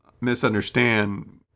misunderstand